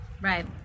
Right